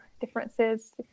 differences